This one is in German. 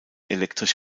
elektrisch